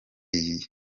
iyi